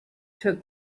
took